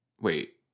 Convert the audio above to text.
Wait